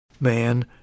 man